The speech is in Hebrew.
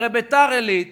הרי ביתר-עילית